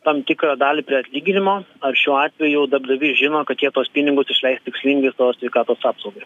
tam tikrą dalį prie atlyginimo ar šiuo atveju darbdavys žino kad jie tuos pinigus išleis tikslingai savo sveikatos apsaugai